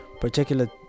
particular